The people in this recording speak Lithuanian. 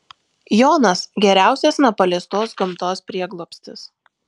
jonas geriausias nepaliestos gamtos prieglobstis